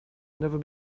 never